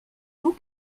vous